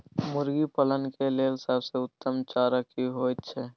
मुर्गी पालन के लेल सबसे उत्तम चारा की होयत छै?